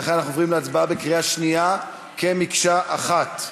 לכן אנחנו עוברים להצבעה בקריאה שנייה, כמקשה אחת.